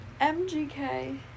MGK